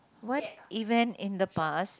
what event in the past